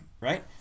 right